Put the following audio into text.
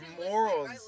morals